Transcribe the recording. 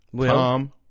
Tom